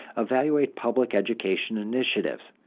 evaluate public education initiatives.